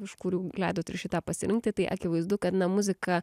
iš kurių leidot ir šitą pasirinkti tai akivaizdu kad na muzika